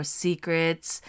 secrets